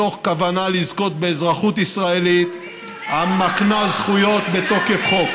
מתוך כוונה לזכות באזרחות ישראלית המקנה זכויות בתוקף חוק.